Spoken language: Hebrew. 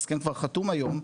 ההסכם כבר חתום היום,